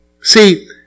See